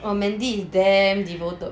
orh mandy is damn devoted